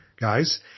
guys